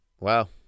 Wow